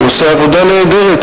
הוא עושה עבודה נהדרת,